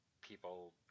people